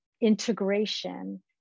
integration